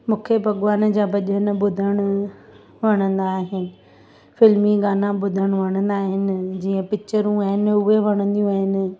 मूंखे भॻवान जा भॼन ॿुधणु वणंदा आहिनि फिल्मी गाणा ॿुधणु वणंदा आहिनि जीअं पिकिचरूं आहिनि उहे वणंदियूं आहिनि